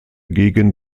gegen